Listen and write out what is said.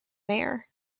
mayor